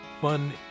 fun